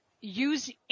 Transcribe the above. use